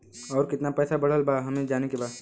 और कितना पैसा बढ़ल बा हमे जाने के बा?